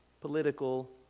political